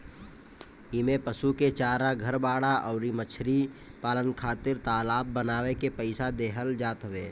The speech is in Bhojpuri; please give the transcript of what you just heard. इमें पशु के चारा, घर, बाड़ा अउरी मछरी पालन खातिर तालाब बानवे के पईसा देहल जात हवे